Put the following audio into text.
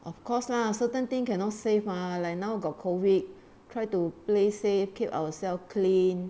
of course lah certain thing cannot save mah like now got COVID try to play safe keep ourselves clean